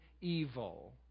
evil